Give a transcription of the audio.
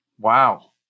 Wow